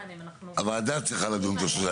זו הוועדה שצריכה לדון תוך שלושה ימים.